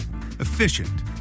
efficient